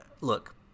look